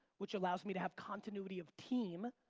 which allows me to have continuity of team.